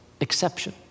exception